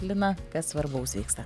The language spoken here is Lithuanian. lina kas svarbaus vyksta